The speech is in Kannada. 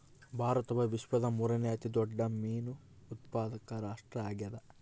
ಭಾರತವು ವಿಶ್ವದ ಮೂರನೇ ಅತಿ ದೊಡ್ಡ ಮೇನು ಉತ್ಪಾದಕ ರಾಷ್ಟ್ರ ಆಗ್ಯದ